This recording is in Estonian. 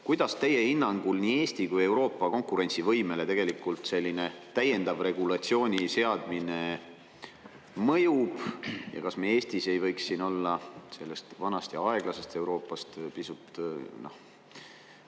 Kuidas teie hinnangul nii Eesti kui Euroopa konkurentsivõimele tegelikult selline täiendav regulatsiooni seadmine mõjub ja kas me Eestis ei võiks siin olla sellest vanast ja aeglasest Euroopast pisut